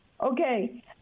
okay